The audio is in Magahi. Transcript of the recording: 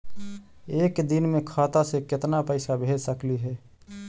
एक दिन में खाता से केतना पैसा भेज सकली हे?